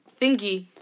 thingy